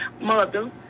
Mother